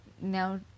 now